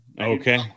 Okay